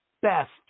best